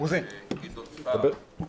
הכנסת גדעון סער,